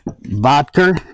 vodka